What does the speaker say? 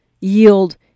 yield